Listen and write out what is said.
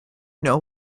know